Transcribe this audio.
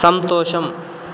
సంతోషం